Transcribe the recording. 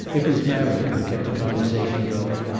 it was marion who kept the conversation going,